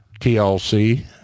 TLC